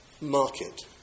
market